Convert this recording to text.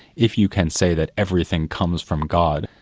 if you can say that everything comes from god,